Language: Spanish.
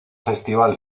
festival